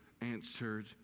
answered